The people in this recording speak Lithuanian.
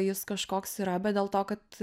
jis kažkoks yra bet dėl to kad